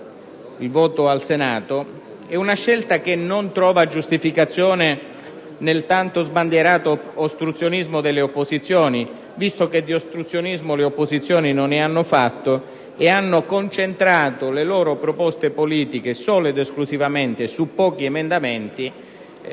il voto al Senato non trova giustificazione nel tanto sbandierato ostruzionismo delle opposizioni, visto che di ostruzionismo le opposizioni non ne hanno fatto e che queste hanno concentrato le loro proposte politiche solo ed esclusivamente su pochi emendamenti,